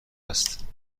است